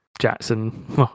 Jackson